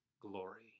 glory